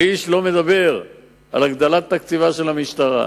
איש לא מדבר על הגדלת תקציבה של המשטרה.